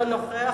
לא נוכח.